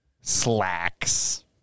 Slacks